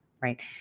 right